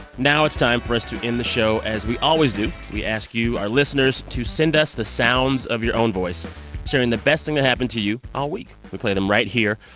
now it's time for us to end the show as we always do. we ask you, our listeners, to send us the sounds of your own voice sharing the best thing that happened to you all week. we play them right here.